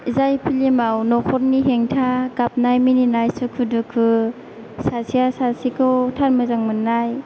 जाय फ्लिमाव नखरनि हेंथा गाबनाय मिनिनाय सुखु दुखु सासेया सासेखौ थार मोजां मोननाय